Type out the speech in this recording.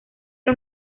era